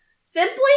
Simply